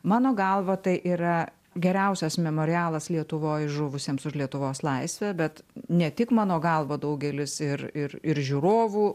mano galva tai yra geriausias memorialas lietuvoj žuvusiems už lietuvos laisvę bet ne tik mano galva daugelis ir ir ir žiūrovų